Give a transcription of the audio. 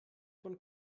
von